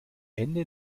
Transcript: ende